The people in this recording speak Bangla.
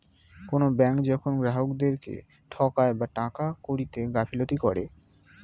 কোনো ব্যাঙ্ক যখন গ্রাহকদেরকে ঠকায় বা টাকা কড়িতে গাফিলতি করে